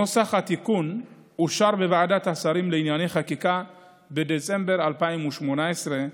נוסח התיקון אושר בוועדת השרים לענייני חקיקה בדצמבר 2018,